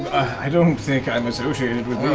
i don't think i'm associated